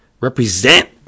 represent